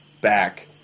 back